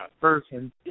person